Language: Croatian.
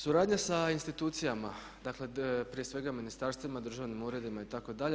Suradnja sa institucijama, dakle prije svega ministarstvima, državnim uredima itd.